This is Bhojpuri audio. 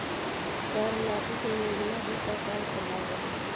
कर माफ़ी के योजना भी सरकार चलावेला